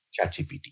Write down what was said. ChatGPT